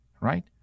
right